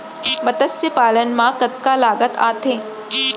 मतस्य पालन मा कतका लागत आथे?